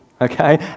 okay